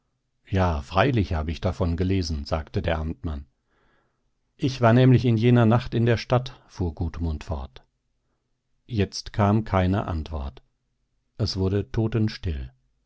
ja freilich habe ich davon gelesen sagte der amtmann ich war nämlich in jener nacht in der stadt fuhr gudmund fort jetzt kam keine antwort es wurde totenstill